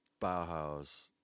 bauhaus